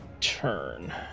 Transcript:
turn